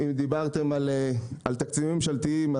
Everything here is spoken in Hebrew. אם דיברתם על תקציבים ממשלתיים,